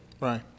Right